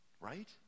Right